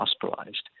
hospitalized